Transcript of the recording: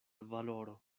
valoro